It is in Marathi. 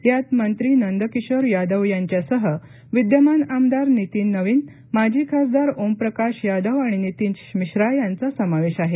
यात मंत्री नंदकिशोर यादव यांच्यासह विद्यमान आमदार नितीन नवीन माजी खासदार ओमप्रकाश यादव आणि नितीश मिश्रा यांचा समावेश आहे